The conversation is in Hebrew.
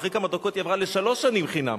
אחרי כמה דקות היא עברה לשלוש שנים חינם,